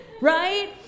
right